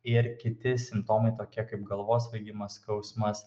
ir kiti simptomai tokie kaip galvos svaigimas skausmas